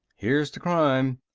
here's to crime,